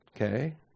Okay